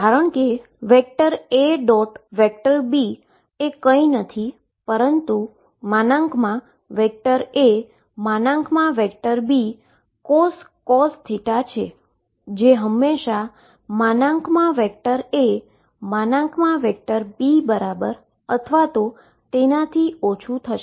કારણ કે A B એ કઈ નથી પરંતુ |A |Bcos θ છે જે હંમેશાં |A |B બરાબર અથવા તો તેનાથી ઓછું થશે